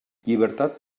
llibertat